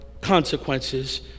consequences